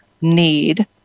need